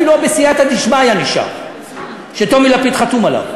אפילו ה"בסייעתא דשמיא", שטומי לפיד חתום עליו,